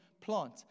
plant